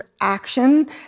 action